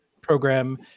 program